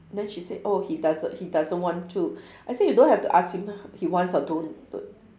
then she said oh he doesn't he doesn't want to I say you don't have to ask him ah he wants or don't don't